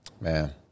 Man